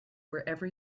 wherever